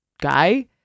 guy